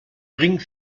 ring